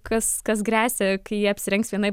kas kas gresia kai jie apsirengs vienaip